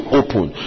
open